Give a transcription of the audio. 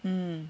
mm